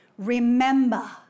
Remember